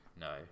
no